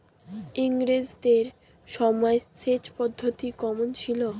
ইঙরেজদের সময় সেচের পদ্ধতি কমন ছিল?